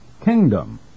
kingdom